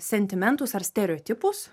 sentimentus ar stereotipus